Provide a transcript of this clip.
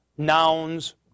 Nouns